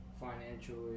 financially